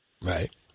Right